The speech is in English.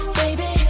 baby